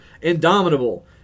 Indomitable